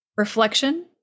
Reflection